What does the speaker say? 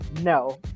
No